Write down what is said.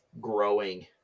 growing